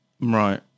Right